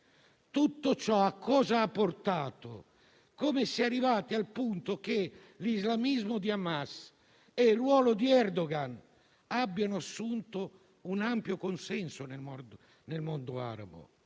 Tutto ciò a cosa ha portato? Come si è arrivati al punto che l'islamismo di Hamas e il ruolo di Erdogan abbiano assunto un ampio consenso nel mondo arabo?